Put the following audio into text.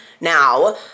now